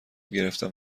گرفنم